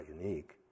unique